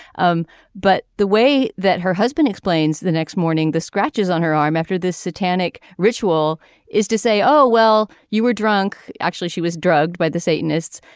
um but the way that her husband explains the next morning the scratches on her arm after this satanic ritual is to say oh well you were drunk. actually she was drugged by the satanists.